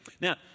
Now